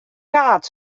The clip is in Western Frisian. kaart